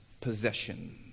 possession